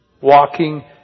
walking